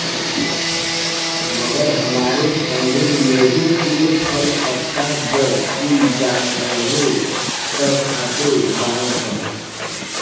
मगर हमरे संगे एही कुल फल, पत्ता, जड़ कुल जानवरनो त खाते बाड़ सन